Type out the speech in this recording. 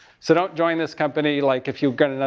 so don't join this company like, if you've got another,